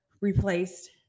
replaced